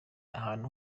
ahantu